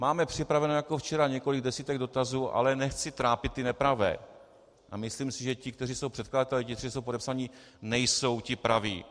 Máme připraveno jako včera několik desítek dotazů, ale nechci trápit ty nepravé a myslím si, že ti, kteří jsou předkladatelé, ti tři, kteří jsou podepsaní, nejsou ti praví.